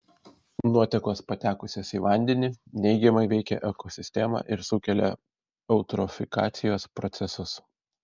nuotekos patekusios į vandenį neigiamai veikia ekosistemą ir sukelia eutrofikacijos procesus